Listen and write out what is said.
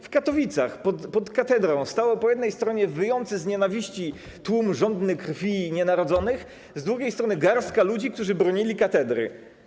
W Katowicach pod katedrą stał po jednej stronie wyjący z nienawiści tłum żądny krwi nienarodzonych, z drugiej strony garstka ludzi, którzy bronili katedry.